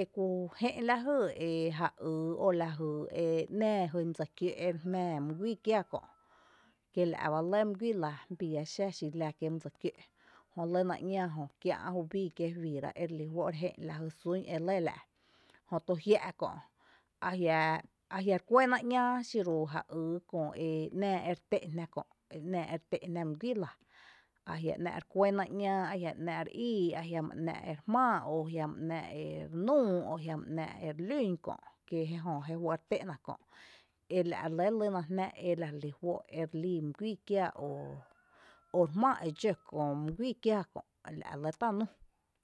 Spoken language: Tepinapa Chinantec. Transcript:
e jú jé’n lajy e ja yy o lajy ‘nⱥⱥ lajyn my dsokiǿ’ ere jmⱥⱥ mý guíi kiaa kö’ kíla’ ba lɇ mý guíi lⱥ bii yⱥ xá xi la kiee’ my dsokiǿ’ jö lɇ na ‘ñaa jö kia’ juubii kiee’ juiira ere lí juó’ ere jé’n lajy sún e lɇ la’. Jö tu jia’ kö’ jiaa, ajia’ re kuɇ na ´ñaa xiru e ja ýy köö e ‘naa ere té’n jná kö’ e ‘naa ere té’n jná mý guíi la ajia’ ‘ná’ re kuɇ na ‘ñaa ajia’ ‘nⱥ’ re íi ajia’ ‘ná’ ere a ere jmⱥⱥ o ajia’ ‘ná’ ere núu kö’, ajia’ ‘ná’ ere lún kö’ kí jé jö jé juá’n re té’na kö’ kí jé jö jé juɇ’ re té’na kö’ ela’ relɇ lyna jná ela relí juó’ erelíi mý guíi kiaa o re jmⱥⱥ e dxǿ köö mý guíi kiaa kö’.